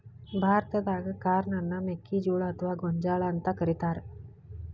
ಭಾರತಾದಾಗ ಕಾರ್ನ್ ಅನ್ನ ಮೆಕ್ಕಿಜೋಳ ಅತ್ವಾ ಗೋಂಜಾಳ ಅಂತ ಕರೇತಾರ